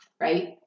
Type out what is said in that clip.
right